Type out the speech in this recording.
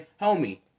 homie